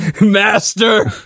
Master